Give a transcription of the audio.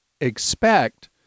expect